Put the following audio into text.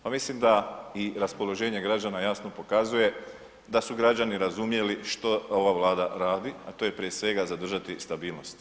Pa mislim da i raspoloženje građana jasno pokazuje da su građani razumjeli što ova Vlada radi, a to je prije svega zadržati stabilnost.